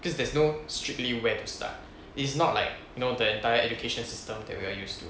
cause there's no strictly where to start it's not like know the entire education system that we are used to